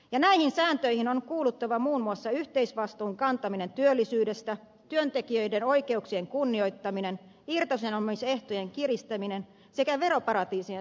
ja näihin sääntöihin on kuuluttava muun muassa yhteisvastuun kantaminen työllisyydestä työntekijöiden oikeuksien kunnioittaminen irtisanomisehtojen kiristäminen sekä veroparatiisien sulkeminen